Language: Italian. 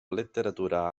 letteratura